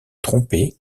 trompés